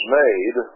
made